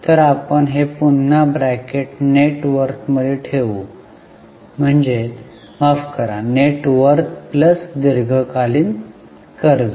तर आपण हे पुन्हा ब्रॅकेट नेट वर्थमध्ये ठेवू म्हणजे माफ करा नेट वर्थ प्लस दीर्घकालीन कर्ज